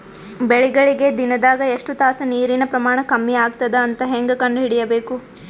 ಬೆಳಿಗಳಿಗೆ ದಿನದಾಗ ಎಷ್ಟು ತಾಸ ನೀರಿನ ಪ್ರಮಾಣ ಕಮ್ಮಿ ಆಗತದ ಅಂತ ಹೇಂಗ ಕಂಡ ಹಿಡಿಯಬೇಕು?